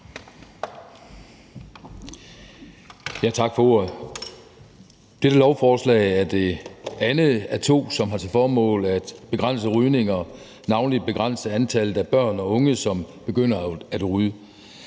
Tak for ordet. Dette lovforslag er det andet af to, som har til formål at begrænse rygning og navnlig begrænse antallet af børn og unge, som begynder at ryge.